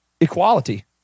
equality